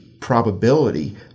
probability